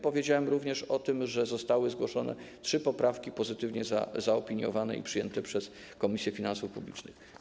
Powiedziałem również o tym, że zostały zgłoszone trzy poprawki, które zostały pozytywnie zaopiniowane i przyjęte przez Komisję Finansów Publicznych.